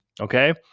okay